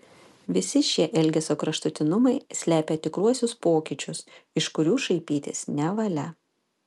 visi šie elgesio kraštutinumai slepia tikruosius pokyčius iš kurių šaipytis nevalia